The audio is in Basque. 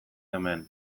hemen